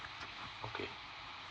okay